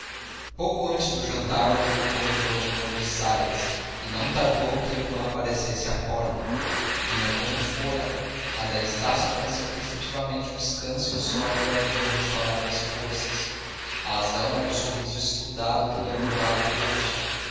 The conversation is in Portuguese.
pouco antes do jantar ouviu no corredor um rumor de saias e não tardou que a irmã aparecesse à porta vinha como fora mas a estácio pareceu que efetivamente o descanso e o sono lhe haviam restaurado as forças a razão era o sorriso estudado que lhe avivava o rosto